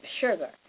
sugar